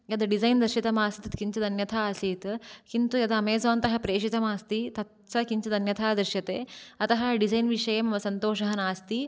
यद् डिज़ैन् दर्शितमासीत् तत् किञ्चित् अन्यथा आसीत् किन्तु यदा अमेज़ोन् तः प्रेषितमस्ति तत् सः किञ्चित् अन्यथा दृश्यते अतः डिज़ैन् विषये मम सन्तोषः नास्ति